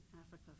Africa